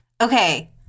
okay